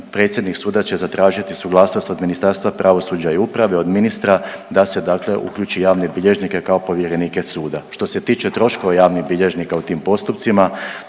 predsjednik suda će zatražiti suglasnost od Ministarstva pravosuđa i uprave, od ministra, da se dakle uključi javne bilježnike kao povjerenike suda. Što se tiče troškova javnih bilježnika u tim postupcima,